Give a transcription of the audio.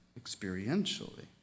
experientially